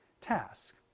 task